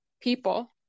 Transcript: people